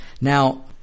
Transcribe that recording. Now